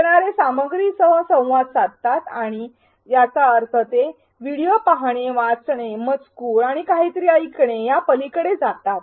शिकणारे सामग्रीसह संवाद साधतात आणि याचा अर्थ ते व्हिडिओ पाहणे वाचणे मजकूर आणि काहीतरी ऐकणे या पलीकडे जातात